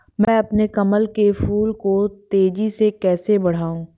मैं अपने कमल के फूल को तेजी से कैसे बढाऊं?